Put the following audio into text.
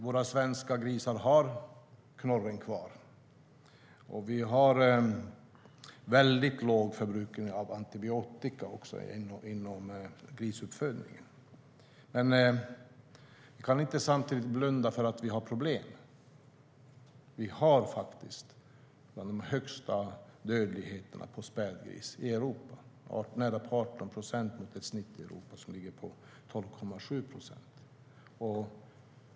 Våra svenska grisar har knorren kvar, och vi har väldigt låg förbrukning av antibiotika inom grisuppfödningen. Men vi kan samtidigt inte blunda för att vi har problem. Vi har faktiskt ett av Europas högsta dödlighetstal för spädgris - nära 18 procent, mot ett snitt på 12,7 procent i Europa.